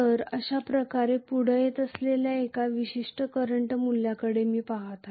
तर अशा प्रकारे पुढे येत असलेल्या एका विशिष्ट करंट मूल्यांकडे मी पाहत आहे